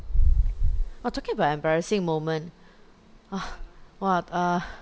orh talking about embarrassing moment ah !wah! uh